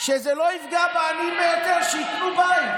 שזה לא יפגע בעניים ביותר, שיקנו בית.